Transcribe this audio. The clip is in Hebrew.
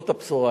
זאת הבשורה.